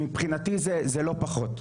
מבחינתי זה לא פחות,